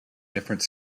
different